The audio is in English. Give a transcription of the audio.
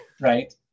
right